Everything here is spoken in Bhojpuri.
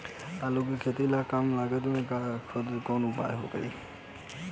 आलू के खेती ला कम लागत वाला खाद कौन सा उपयोग करी?